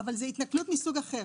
--- אבל זו התנכלות מסוג אחר,